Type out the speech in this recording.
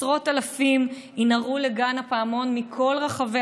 עשרות אלפים ינהרו לגן הפעמון מכל רחבי